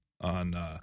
on –